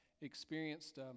experienced